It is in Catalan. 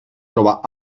trobar